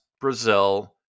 brazil